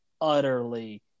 utterly